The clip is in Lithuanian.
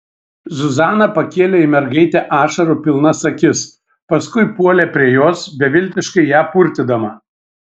zuzana pakėlė į mergaitę ašarų pilnas akis paskui puolė prie jos beviltiškai ją purtydama